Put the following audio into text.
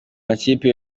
makipe